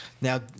Now